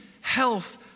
health